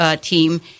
team